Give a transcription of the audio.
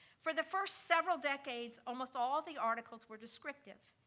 for the first several decades, almost all the articles were descriptive,